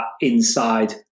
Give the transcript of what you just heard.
inside